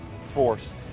force